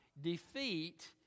defeat